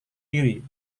diri